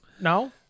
No